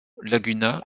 laguna